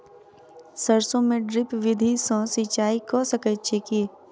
सैरसो मे ड्रिप विधि सँ सिंचाई कऽ सकैत छी की?